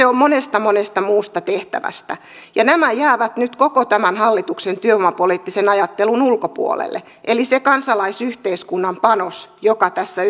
on monesta monesta muusta tehtävästä ja nämä jäävät nyt koko tämän hallituksen työvoimapoliittisen ajattelun ulkopuolelle eli se kansalaisyhteiskunnan panos joka tässä